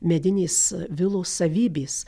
medinės vilos savybės